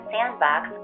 Sandbox